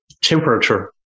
temperature